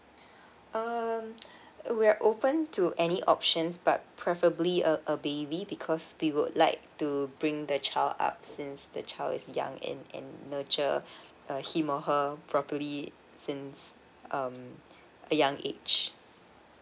um we're open to any options but preferably a a baby because we would like to bring the child up since the child is young and and nurture him or her properly since um a young age